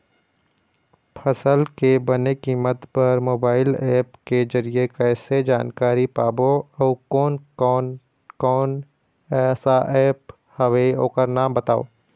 फसल के बने कीमत बर मोबाइल ऐप के जरिए कैसे जानकारी पाबो अउ कोन कौन कोन सा ऐप हवे ओकर नाम बताव?